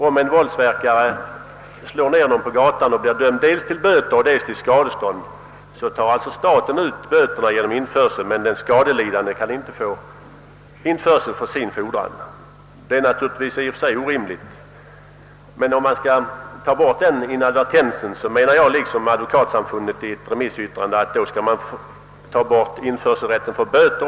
Om en våldsverkare slår ned någon på gatan och blir dömd dels till böter och dels till skadestånd, tar alltså staten ut böterna genom införsel men den skadelidande kan inte få införsel för sin fordran. Det är naturligtvis i och för sig orimligt, men om man skall slopa den inadvertensen anser jag — liksom advokatsamfundet i ett remissyttrande — att man skall slopa rätten till införsel även för böter.